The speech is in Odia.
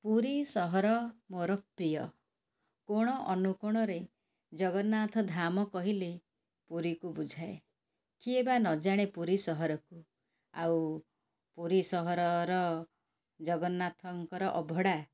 ପୁରୀ ସହର ମୋର ପ୍ରିୟ କୋଣ ଅନୁକୋଣରେ ଜଗନ୍ନାଥ ଧାମ କହିଲେ ପୁରୀକୁ ବୁଝାଏ କିଏ ବା ନଜାଣେ ପୁରୀ ସହରକୁ ଆଉ ପୁରୀ ସହରର ଜଗନ୍ନାଥଙ୍କର ଅଭଢ଼ା